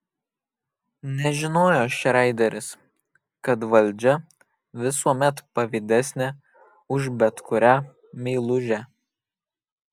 nežinojo šreideris kad valdžia visuomet pavydesnė už bet kurią meilužę